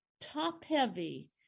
top-heavy